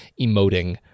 emoting